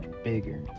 bigger